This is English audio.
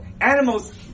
Animals